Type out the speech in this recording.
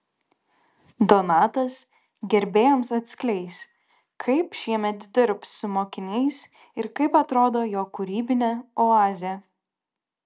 donatas gerbėjams atskleis kaip šiemet dirbs su mokiniais ir kaip atrodo jo kūrybinė oazė